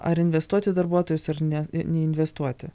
ar investuoti į darbuotojus ar ne neinvestuoti